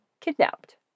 kidnapped